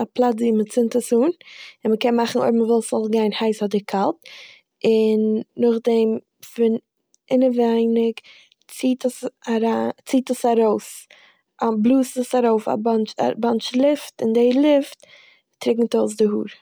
א פלאץ ווי מ'צינד עס אן און מ'קען מאכן אויב מ'וויל ס'זאל גיין הייס אדער קאלט, און נאכדעם פון אינעווייניג ציעט עס אריי- ציעט עס ארויס, בלאזט עס ארויף א באנט- א באנטש לופט און די לופט טרוקנט אויס די האר.